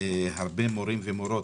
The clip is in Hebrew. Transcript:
הרבה מורים ומורות.